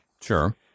Sure